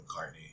McCartney